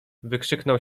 wykrzyknął